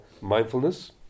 mindfulness